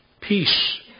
Peace